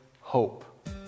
hope